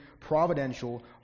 providential